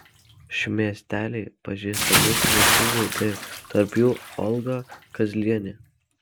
šmėsteli pažįstami svečių veidai tarp jų olga kazlienė